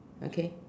okay